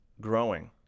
growing